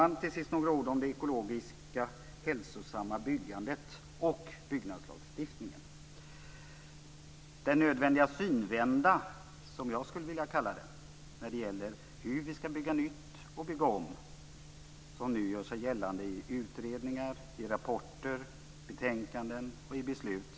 Till sist vill jag säga några ord om det ekologiska, hälsosamma byggandet och om byggnadslagstiftningen. En nödvändig synvända, som jag skulle vilja kalla det, när det gäller hur vi skall bygga nytt och hur vi skall bygga om, gör sig nu gällande i utredningar, rapporter, betänkanden och beslut.